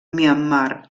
myanmar